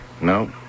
No